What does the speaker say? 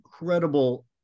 incredible